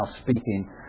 speaking